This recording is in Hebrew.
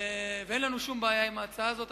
ואין לנו שום בעיה עם ההצעה הזאת.